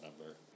number